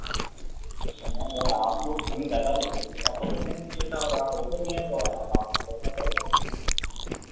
अरे यार अगर आपको भीड़ ज़्यादा लग रही थी तो आपको बैठना नहीं चाहिए था और आप बैठे भी हैं तो अब आपको बैठना पड़ेगा